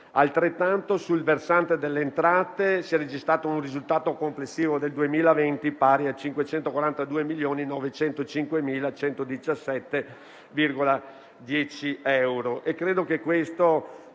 dello Stato. Sul versante delle entrate, si è registrato un risultato complessivo nel 2020 pari a 542.905.117,10 euro.